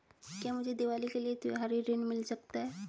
क्या मुझे दीवाली के लिए त्यौहारी ऋण मिल सकता है?